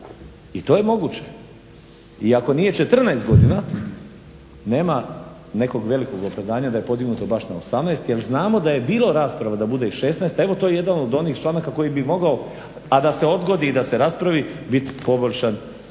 i to je moguće. I ako nije 14 godina nema nekog velikog opravdanja da je podignuto baš na 18 jer znamo da je bilo rasprava da bude i 16, a evo to je jedan od onih članaka koji bi mogao, a da se odgodi i da se raspravi, biti poboljšan